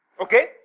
Okay